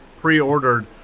pre-ordered